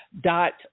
dot